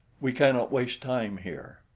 we cannot waste time here.